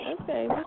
Okay